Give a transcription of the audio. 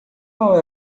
qual